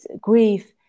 grief